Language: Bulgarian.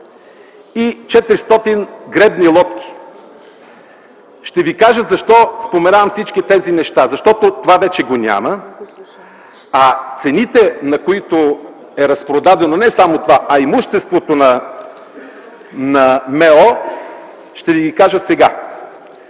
и 400 гребни лодки. Ще ви кажа защо споменавам всички тези неща. Защото това вече го няма, а цените, на които е разпродадено не само това, а имуществото на Министерството на